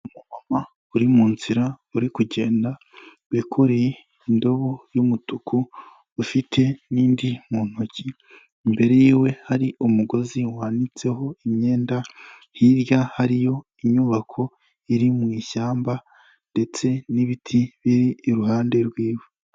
Umumama uri mu nzira uri kugenda wikoreye indobo y'umutuku ufite n'indi mu ntoki, imbere yiwe hari umugozi wanitseho imyenda, hirya hariyo inyubako iri mu ishyamba ndetse n'ibiti biri iruhande rwiwe.